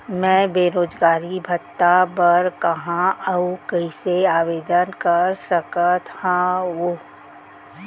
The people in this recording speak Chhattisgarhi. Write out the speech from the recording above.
मैं बेरोजगारी भत्ता बर कहाँ अऊ कइसे आवेदन कर सकत हओं?